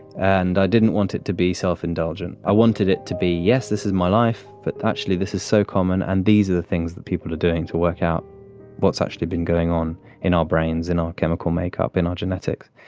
and i didn't want it to be self-indulgent. i wanted it to be, yes, this is my life, but actually this is so common and these are the things that people are doing to work out what's actually been going on in our brains, in our chemical make-up, in our genetics.